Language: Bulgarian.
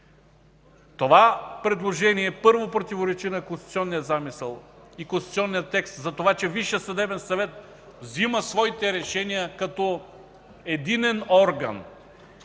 Това предложение, първо, противоречи на конституционния замисъл и конституционния текст за това, че Висшият съдебен съвет взима своите решения като единен орган.